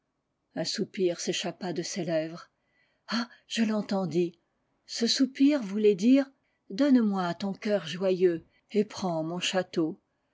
un soupir s'échappa de ses lèvres ah je l'entendis ce soupir voulait dire donne-moi ton cœur joyeux et prends mon château